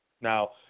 Now